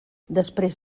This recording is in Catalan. després